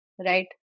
right